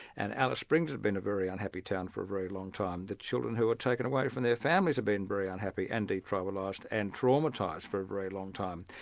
and alice springs has been a very unhappy town for a very long time. the children who were taken away from their families have been very unhappy and detribalised and traumatised for a very long time.